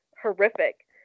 horrific